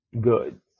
good